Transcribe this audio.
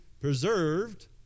preserved